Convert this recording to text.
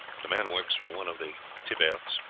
the man works for one of the thiberts.